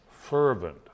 fervent